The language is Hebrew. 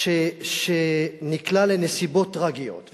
שנקלע לנסיבות טרגיות.